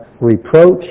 reproach